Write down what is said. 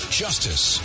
justice